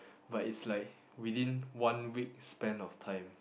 but it's like within one week span of time